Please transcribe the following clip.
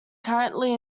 currently